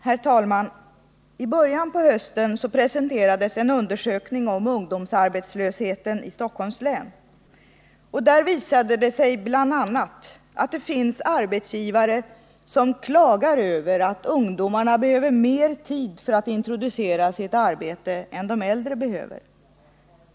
Herr talman! I början på hösten presenterades en undersökning om ungdomsarbetslösheten i Stockholms län. Den visade bl.a. att det finns arbetsgivare som klagar över att ungdomarna behöver mer tid för att introduceras i ett arbete än de äldre.